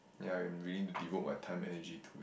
ya I am willing to devote my time and energy to it